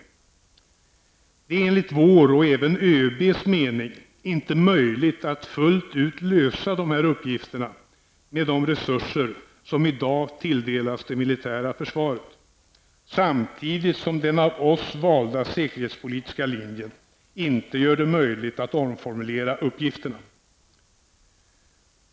Det är enligt vår och även ÖBs mening inte möjligt att fullt ut lösa dessa uppgifter med de resurser som i dag tilldelas det militära försvaret, samtidigt som den av oss valda säkerhetspolitiska linjen inte gör det möjligt att omformulera uppgifterna.